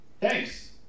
thanks